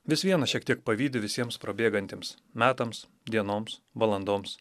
vis viena šiek tiek pavydi visiems prabėgantiems metams dienoms valandoms